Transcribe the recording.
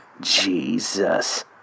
Jesus